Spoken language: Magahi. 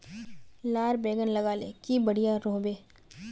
लार बैगन लगाले की बढ़िया रोहबे?